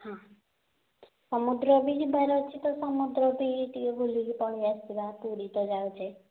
ହଁ ସମୁଦ୍ର ବି ଯିବାର ଅଛି ତ ସମୁଦ୍ର ବି ଟିକେ ବୁଲିକି ପଳାଇ ଆସିବା ପୁରୀ ତ ଯାଉଛେ